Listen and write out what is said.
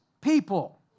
people